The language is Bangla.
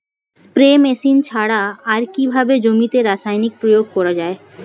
স্প্রে মেশিন ছাড়া আর কিভাবে জমিতে রাসায়নিক প্রয়োগ করা যায়?